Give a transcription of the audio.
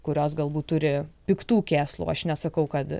kurios galbūt turi piktų kėslų aš nesakau kad